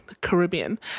Caribbean